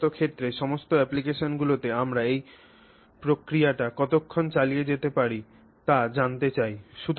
এই সমস্ত ক্ষেত্রে সমস্ত অ্যাপ্লিকেশনগুলিতে আমরা এই প্রক্রিয়াটি কতক্ষণ চালিয়ে যেতে পারি তা জানতে চাই